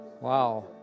wow